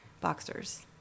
boxers